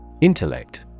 Intellect